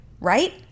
right